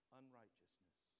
unrighteousness